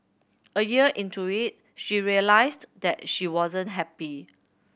a year into it she realised that she wasn't happy